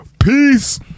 Peace